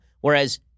Whereas